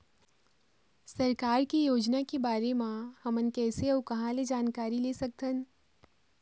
सरकार के योजना के बारे म हमन कैसे अऊ कहां ल जानकारी सकथन?